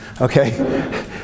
Okay